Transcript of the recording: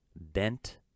bent